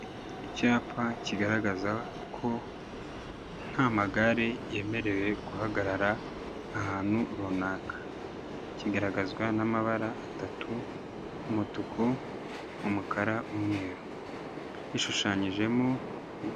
Icyapa kigaragaza ko nta magare yemerewe guhagarara ahantu runaka. Kigaragazwa n'amabara atatu: umutuku, umukara, umweru. Gishushanyijemo...